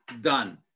done